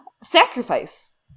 Sacrifice